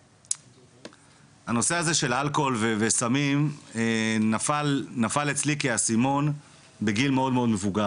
הנושא הזה של האלכוהול וסמים נפל אצלי כאסימון בגיל מאוד מאוד מבוגר,